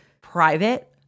private